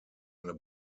eine